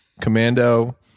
Commando